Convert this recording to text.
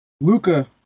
Luca